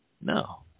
No